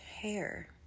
hair